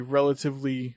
relatively